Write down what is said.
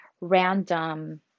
random